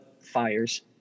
fires